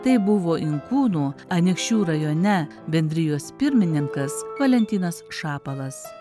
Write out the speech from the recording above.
tai buvo inkūnų anykščių rajone bendrijos pirmininkas valentinas šapalas